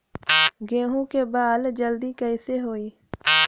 गेहूँ के बाल जल्दी कईसे होई?